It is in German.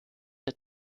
der